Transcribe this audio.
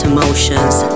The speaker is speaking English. Emotions